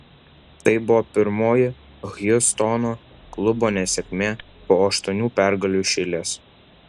tai buvo pirmoji hjustono klubo nesėkmė po aštuonių pergalių iš eilės